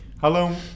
Hello